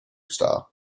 star